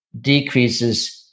decreases